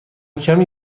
کمی